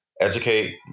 educate